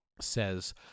says